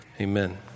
Amen